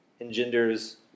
engenders